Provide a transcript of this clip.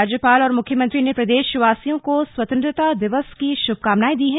राज्यपाल और मुख्यमंत्री ने प्रदेशवासियों को स्वतंत्रता दिवस की श्भकामनाएं दी हैं